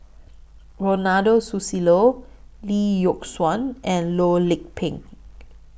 Ronald Susilo Lee Yock Suan and Loh Lik Peng